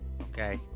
okay